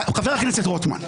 חבר הכנסת רוטמן,